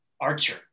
Archer